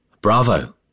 bravo